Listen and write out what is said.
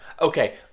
Okay